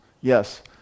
Yes